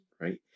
right